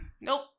nope